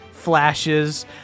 flashes